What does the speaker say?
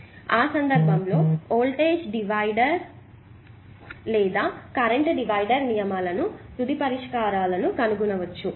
కాబట్టి ఆ సందర్భంలో వోల్టేజ్ డివైడర్ లేదా కరెంట్ డివైడర్ నియమాలను ఉపయోగించి తుది పరిష్కారాలను కనుగొనవచ్చు